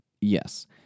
Yes